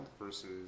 versus